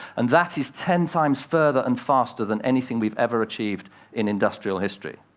and that is ten times further and faster than anything we've ever achieved in industrial history.